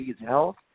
health